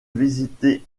visiter